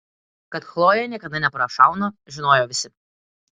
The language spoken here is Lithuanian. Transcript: kad chlojė niekada neprašauna žinojo visi